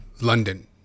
London